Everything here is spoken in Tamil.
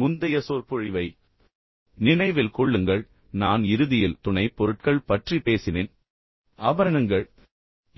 முந்தைய சொற்பொழிவை நினைவில் கொள்ளுங்கள் நான் இறுதியில் துணைப்பொருட்கள் பற்றி பேசினேன் ஆபரணங்கள்